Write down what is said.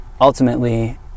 ultimately